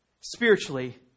spiritually